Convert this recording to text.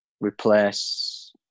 replace